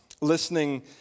listening